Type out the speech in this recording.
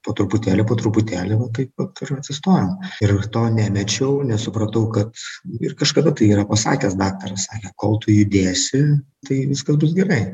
po truputėlį po truputėlį va taip vat ir atsistojom ir to nemečiau nes supratau kad ir kažkada tai yra pasakęs daktaras sakė kol tu judėsi tai viskas gerai